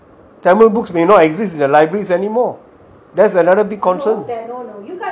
tamil books may not exist in the libraries anymore that is another big concern